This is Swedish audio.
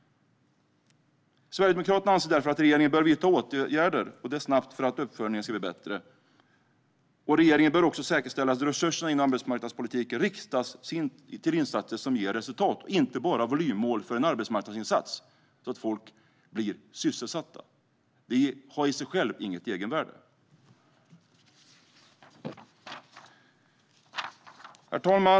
Sverigedemokraterna anser därför att regeringen snabbt bör vidta åtgärder för att uppföljningen ska bli bättre. Regeringen bör också säkerställa att resurserna inom arbetsmarknadspolitiken riktas till insatser som ger resultat, inte bara volymmål för en arbetsmarknadsinsats så att folk blir sysselsatta. Det har inte något egenvärde i sig självt. Herr talman!